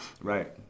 Right